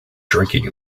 drinking